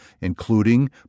including